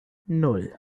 nan